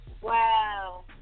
Wow